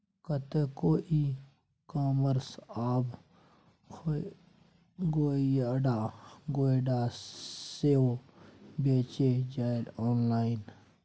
कतेको e commerce आब गोयठा सेहो बेचै छै आँनलाइन